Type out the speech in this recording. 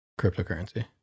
cryptocurrency